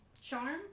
charm